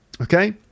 Okay